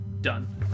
done